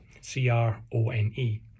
C-R-O-N-E